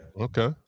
Okay